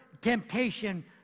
temptation